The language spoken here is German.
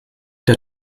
der